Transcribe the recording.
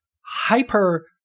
hyper